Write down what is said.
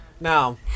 Now